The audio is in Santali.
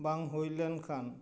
ᱵᱟᱝ ᱦᱩᱭᱞᱮᱱ ᱠᱷᱟᱱ